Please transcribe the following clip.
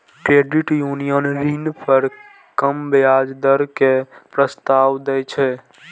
credit union ऋण पर कम ब्याज दर के प्रस्ताव दै छै